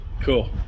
cool